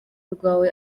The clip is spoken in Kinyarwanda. rwe